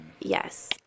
Yes